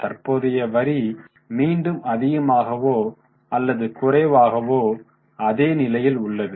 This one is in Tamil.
தற்போதைய வரி மீண்டும் அதிகமாகவோ அல்லது குறைவாகவோ அதே நிலையில் உள்ளது